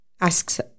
asks